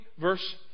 verse